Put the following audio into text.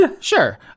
Sure